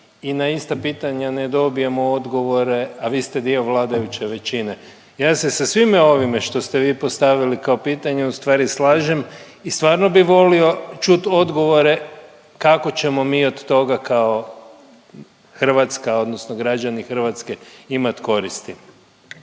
i na ista pitanja ne dobijemo odgovore, a vi ste dio vladajuće većine. Ja se sa svime ovime što ste vi postavili kao pitanje u stvari slažem i stvarno bi volio čut odgovore kako ćemo mi od toga kao Hrvatska odnosno građani Hrvatske imat koristi.